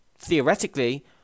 theoretically